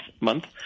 month